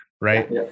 right